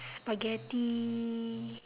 spaghetti